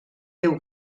déu